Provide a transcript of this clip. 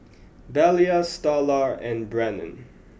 Belia Starla and Brannon